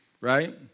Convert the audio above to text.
right